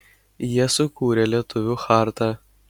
jie sukūrė lietuvių chartą